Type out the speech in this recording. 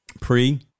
pre